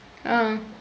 ah